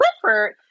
Clifford